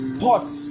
pots